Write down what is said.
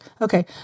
okay